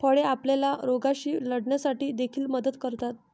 फळे आपल्याला रोगांशी लढण्यासाठी देखील मदत करतात